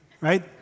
right